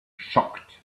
shocked